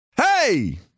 Hey